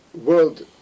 world